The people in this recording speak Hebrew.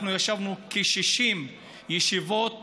אנחנו ישבנו כ-60 ישיבות